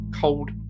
cold